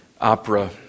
opera